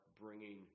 bringing